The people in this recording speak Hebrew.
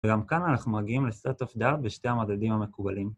וגם כאן אנחנו מגיעים לסטייט אוף דה-ארט בשתי המדדים המקובלים